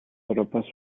tropas